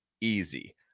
easy